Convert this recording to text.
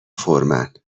فورمن